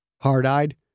Hard-eyed